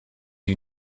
you